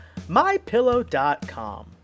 MyPillow.com